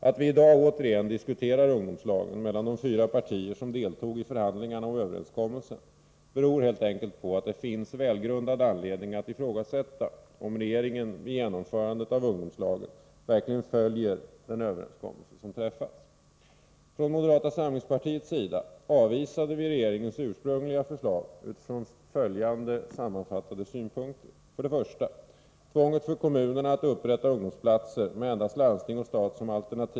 Att vi i dag återigen diskuterar ungdomslagen mellan de fyra partier som deltog i förhandlingarna och överenskommelsen beror helt enkelt på att det finns välgrundad anledning att ifrågasätta om regeringen vid genomförandet av ungdomslagen verkligen följer den överenskommelse som har träffats. Från moderata samlingspartiets sida avvisade vi regeringens ursprungliga förslag utifrån följande sammanfattade synpunkter: 2.